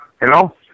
Hello